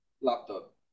laptop